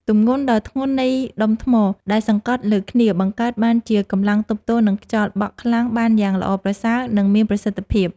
ទម្ងន់ដ៏ធ្ងន់នៃដុំថ្មដែលសង្កត់លើគ្នាបង្កើតបានជាកម្លាំងទប់ទល់នឹងខ្យល់បក់ខ្លាំងបានយ៉ាងល្អប្រសើរ និង មានប្រសិទ្ធភាព។